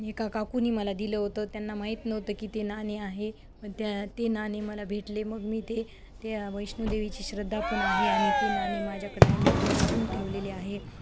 एका काकुनी मला दिलं होतं त्यांना माहीत नव्हतं की ते नाणे आहे मग त्या ते नाणे मला भेटले मग मी ते त्या वैष्णोदवीची श्रद्धा पण आहे आणि ते नाणे माझ्याकडे मी ते जपून ठेवलेले आहे